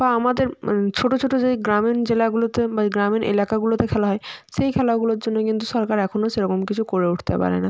বা আমাদের ছোটো ছোটো যেই গ্রামীণ জেলাগুলোতে বা এই গ্রামীণ এলাকাগুলোতে খেলা হয় সেই খেলাগুলোর জন্য কিন্তু সরকার এখনো সেরকম কিছু করে উঠতে পারে না